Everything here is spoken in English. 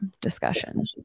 discussion